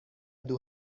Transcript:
کدو